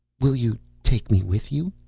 will you take me with you?